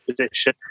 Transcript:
position